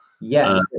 Yes